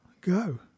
go